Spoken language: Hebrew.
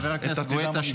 חבר הכנסת גואטה.